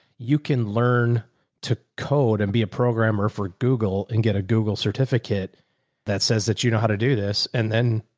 you can learn to code and be a programmer for google and get a google certificate that says that you know how to do this. and then.